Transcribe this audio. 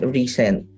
recent